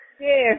Yes